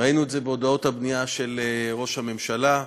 ראינו את זה בהודעות הבנייה של ראש הממשלה,